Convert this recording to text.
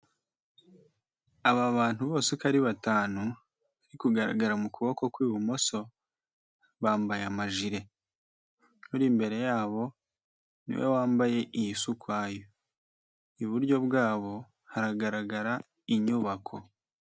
Aba bantu bose uko ari batanu bari kugaragara mu kuboko kw'ibumoso, bambaye amajire. Uri imbere yabo ni we wambaye iyi isa ukwayo. Iburyo bwabo haragaragara inyubako.